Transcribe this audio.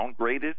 downgraded